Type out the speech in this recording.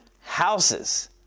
houses